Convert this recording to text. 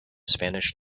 spanish